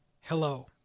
Hello